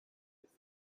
veste